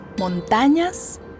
montañas